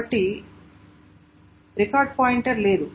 కాబట్టి record pointer లేదు